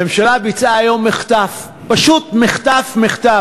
הממשלה ביצעה היום מחטף, פשוט מחטף-מחטף,